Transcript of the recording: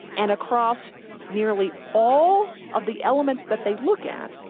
and across nearly all of the elements that they look at,